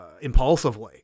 impulsively